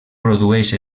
produeix